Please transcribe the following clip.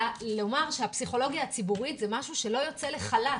לומר שהפסיכולוגיה הציבורית זה משהו שלא יוצא לחל"ת,